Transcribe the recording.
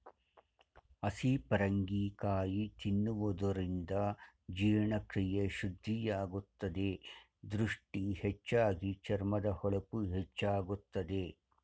ಹಸಿ ಪರಂಗಿ ಕಾಯಿ ತಿನ್ನುವುದರಿಂದ ಜೀರ್ಣಕ್ರಿಯೆ ಶುದ್ಧಿಯಾಗುತ್ತದೆ, ದೃಷ್ಟಿ ಹೆಚ್ಚಾಗಿ, ಚರ್ಮದ ಹೊಳಪು ಹೆಚ್ಚಾಗುತ್ತದೆ